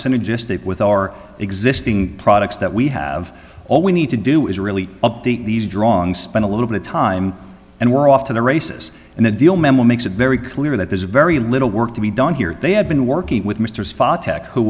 synergistic with our existing products that we have all we need to do is really update these drawings spend a little bit of time and we're off to the races and the deal memo makes it very clear that there's very little work to be done here they have been working with mr tech who